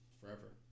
forever